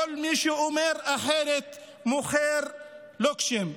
וכל מי שאומר אחרת מוכר לוקשים.